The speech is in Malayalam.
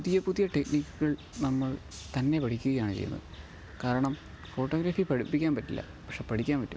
പുതിയ പുതിയ ടെക്നിക്കുകള് നമ്മള് തന്നെ പഠിക്കുകയാണ് ചെയ്യുന്നതു കാരണം ഫോട്ടോഗ്രാഫി പഠിപ്പിക്കാന് പറ്റില്ല പക്ഷേ പഠിക്കാന് പറ്റും